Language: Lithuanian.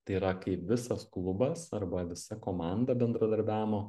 tai yra kai visas klubas arba visa komanda bendradarbiavimo